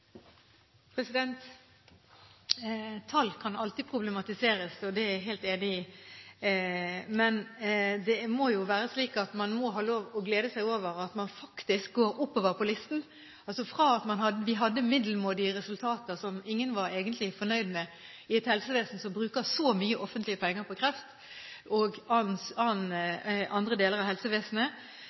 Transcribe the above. Tall kan alltid problematiseres, det er jeg helt enig i, men det må jo være lov å glede seg over at man faktisk går oppover på listen. Fra å ha middelmådige resultater – som ingen egentlig var fornøyd med i et helsevesen som bruker så mye offentlige penger på kreft, og på andre deler av helsevesenet